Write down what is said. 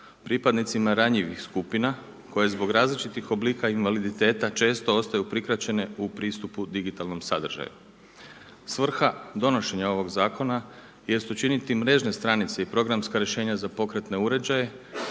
pripadnicima ranjivih skupina, koji zbog različitih oblika invaliditeta često ostaju prikačene u pristupu digitalnom sadržaju. Svrha donošenje ovog zakona, jest učiniti mrežne stranice i programska rješenja za pokretne uređaje,